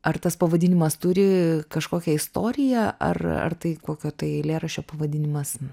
ar tas pavadinimas turi kažkokią istoriją ar ar tai kokio tai eilėraščio pavadinimas